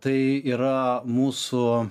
tai yra mūsų